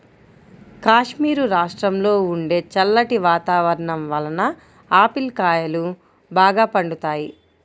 కాశ్మీరు రాష్ట్రంలో ఉండే చల్లటి వాతావరణం వలన ఆపిల్ కాయలు బాగా పండుతాయి